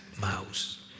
mouse